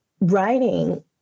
Writing